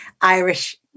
Irish